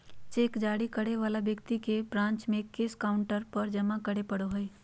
cheque जारी करे वाला व्यक्ति के ब्रांच में कैश काउंटर पर जमा करे पड़ो हइ